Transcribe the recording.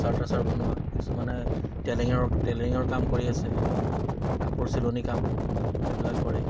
বনোৱা কিছুমানে টেইলৰিঙৰ কাম কৰি আছে কাপোৰ চিলনি কাম সেইবিলাক কৰে